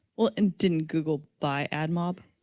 well, and didn't google buy admop?